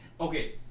Okay